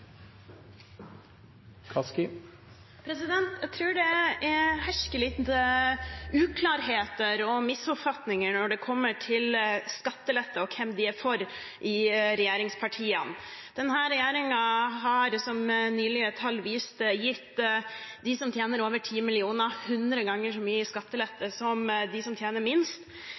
Jeg tror det hersker noen uklarheter og misoppfatninger i regjeringspartiene når det kommer til skatteletter og hvem de er for. Denne regjeringen har, som nylige tall viste, gitt dem som tjener over 10 mill. kr, hundre ganger så stor skattelette som dem som tjener minst.